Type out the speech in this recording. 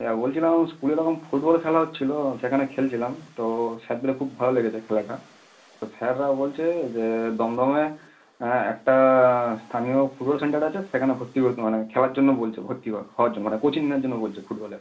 হ্যাঁ বলছিলাম স্কুলে তখন ফুটবল খেলা হচ্ছিলো সেখানে খেলছিলাম তো স্যারদের খুব ভালো লেগেছে খেলাটা তো স্যাররা বলছে যে দমদমে হ্যাঁ একটা স্থানীয় ফুটবল সেন্টার আছে সেখানে ভর্তি হতে মানে খেলার জন্য বলছে ভর্তি হো হওয়ার জন্য মানে কোচিং নেওয়ার জন্য বলছে ফুটবলের